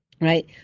right